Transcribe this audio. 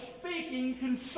speaking